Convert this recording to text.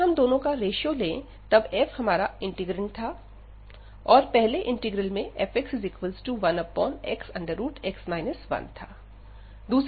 यदि हम दोनों का रेश्यो ले तब f हमारा इंटीग्रैंड था और पहले इंटीग्रल में f1xx 1था